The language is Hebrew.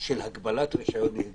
להם את הרישיונות.